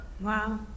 Wow